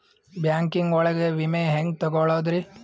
Banking ಒಳಗ ವಿಮೆ ಹೆಂಗ್ ತೊಗೊಳೋದ್ರಿ?